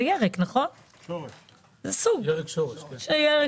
זה ירק, ירק שורש.